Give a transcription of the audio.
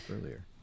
earlier